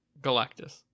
Galactus